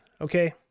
Okay